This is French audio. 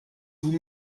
vous